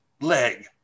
leg